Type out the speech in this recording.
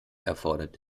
erfordert